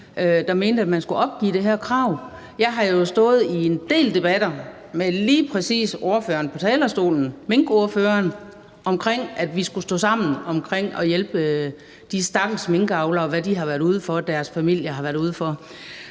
der mente, at man skulle opgive det her krav. Jeg har jo stået i en del debatter med lige præcis ordføreren på talerstolen, minkordføreren, om, at vi skulle stå sammen om at hjælpe de stakkels minkavlere, i lyset af hvad de har været ude for og deres familier har været ude for.